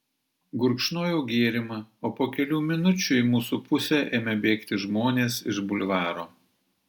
gurkšnojau gėrimą o po kelių minučių į mūsų pusę ėmė bėgti žmonės iš bulvaro